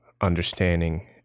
understanding